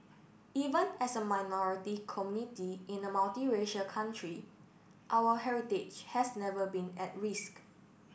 even as a minority committee in a multiracial country our heritage has never been at risk